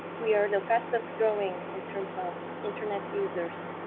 we are the fastest growing in terms of internet users.